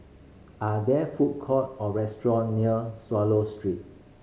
are there food court or restaurant near Swallow Street